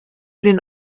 den